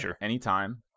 Anytime